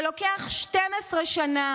שלוקח 12 שנה